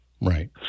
right